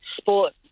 sport